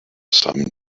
some